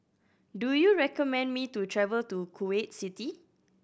do you recommend me to travel to Kuwait City